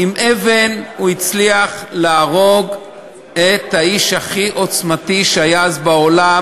עם אבן הוא הצליח להרוג את האיש הכי עוצמתי שהיה אז בעולם,